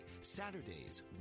Saturdays